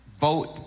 Vote